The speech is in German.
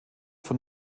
von